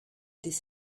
this